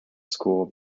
school